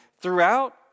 throughout